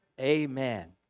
Amen